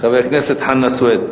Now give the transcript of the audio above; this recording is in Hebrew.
חבר הכנסת חנא סוייד,